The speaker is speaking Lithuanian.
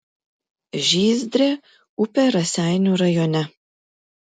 žyzdrė upė raseinių rajone